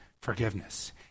forgiveness